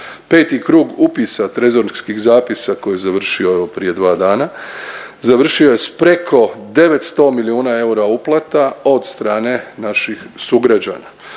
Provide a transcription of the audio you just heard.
Peti krug upisa trezorskih zapisa koji je završio evo prije dva dana, završio je s preko 900 milijuna eura uplata od strane naših sugrađana,